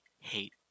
hate